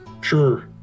Sure